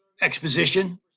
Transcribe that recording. exposition